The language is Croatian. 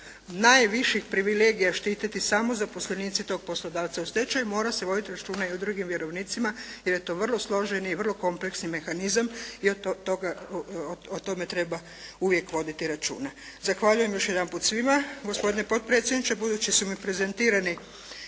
najviših privilegija štititi samo zaposlenici tog poslodavca u stečaju, mora se voditi računa i o drugim vjerovnicima jer je to vrlo složen i vrlo kompleksni mehanizam i o tome treba uvijek voditi računa. Zahvaljujem još jedanput svima, gospodine potpredsjedniče, budući su mi prezentirani